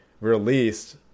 released